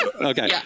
Okay